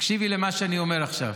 תקשיבי למה שאני אומר עכשיו.